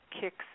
kicks